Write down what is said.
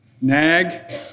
nag